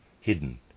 hidden